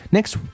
Next